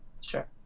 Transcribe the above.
Sure